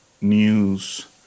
news